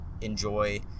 enjoy